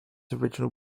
original